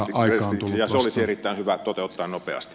ja se olisi erittäin hyvä toteuttaa nopeasti